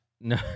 No